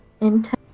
Intense